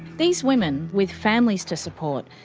these woman, with families to support,